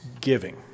giving